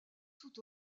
tout